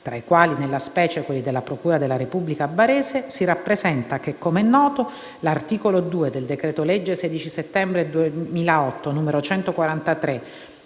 (tra cui, nella specie, quelli della Procura della Repubblica barese) si rappresenta che - come noto - l'articolo 2 del decreto-legge 16 settembre 2008, n. 143,